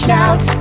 Shout